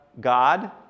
God